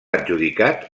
adjudicat